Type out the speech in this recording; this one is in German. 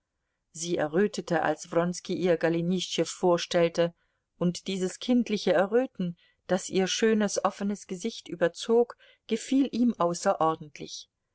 sie errötete als wronski ihr golenischtschew vorstellte und dieses kindliche erröten das ihr schönes offenes gesicht überzog gefiel ihm außerordentlich